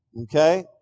Okay